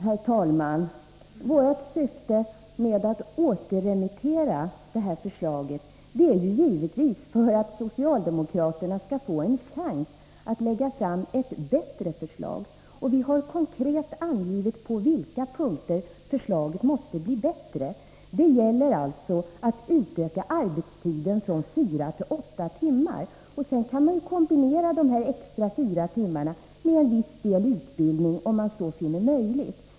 Herr talman! Syftet med vårt yrkande om återremiss är givetvis att socialdemokraterna skall få en chans att lägga fram ett bättre förslag. Vi har konkret angivit på vilka punkter förslaget måste bli bättre. Det gäller alltså att utöka arbetstiden från fyra till åtta timmar. De här extra fyra timmarnas arbete kan till en viss del kombineras med utbildning, om man finner det möjligt.